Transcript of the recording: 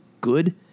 good